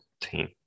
team